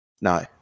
No